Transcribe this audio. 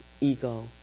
ego